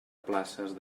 places